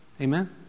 Amen